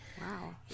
Wow